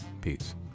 Peace